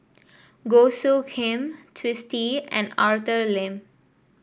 Goh Soo Khim Twisstii and Arthur Lim